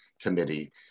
committee